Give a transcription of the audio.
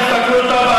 תסתכלו טוב,